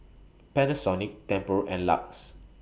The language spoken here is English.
Panasonic Tempur and LUX